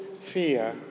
fear